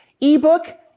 eBook